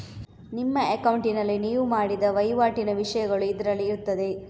ನಿಮ್ಮ ಅಕೌಂಟಿನಲ್ಲಿ ನೀವು ಮಾಡಿದ ವೈವಾಟಿನ ವಿಷಯಗಳು ಇದ್ರಲ್ಲಿ ಇರ್ತದೆ